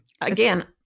again